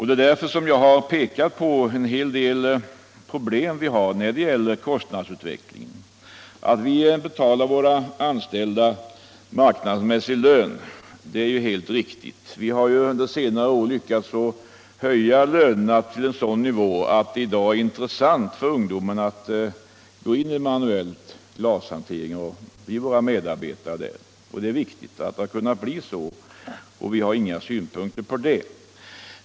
Det är därför som jag har pekat på en del problem som vi har när det gäller kostnadsutvecklingen. Att vi betalar våra anställda marknadsmässig lön är helt riktigt. Vi har under senare år lyckats att höja lönerna till en sådan nivå att det i dag är intressant för ungdomen att gå in i den manuella glashanteringen och bli våra medarbetare. Det är viktigt att det blivit så, och vi har inga synpunkter att anföra mot det.